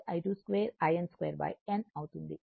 ఇది n